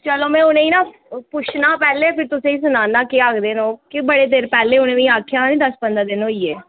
चलो में उनें ई ना पुच्छना हा पैह्लें ते तुसेंगी सनाना केह् आक्खदे ओह् की बड़े दिन पैह्लें आक्खेआ हा उनें मिगी देने ताहीं